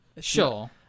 Sure